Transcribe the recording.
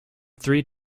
three